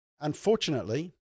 unfortunately